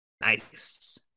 Nice